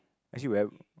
actually where